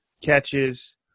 catches